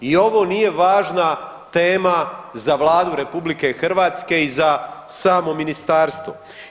I ovo nije važna tema za Vladu RH i za samo ministarstvo.